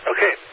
Okay